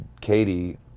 Katie